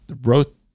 wrote